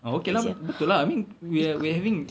oh okay lah betul lah I mean we we're having